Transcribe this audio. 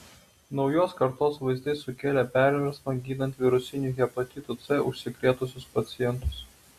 naujos kartos vaistai sukėlė perversmą gydant virusiniu hepatitu c užsikrėtusius pacientus